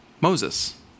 Moses